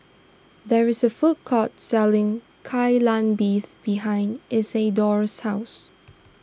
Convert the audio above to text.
there is a food court selling Kai Lan Beef behind Isidore's house